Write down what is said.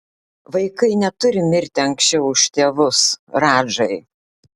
vaikai neturi mirti anksčiau už tėvus radžai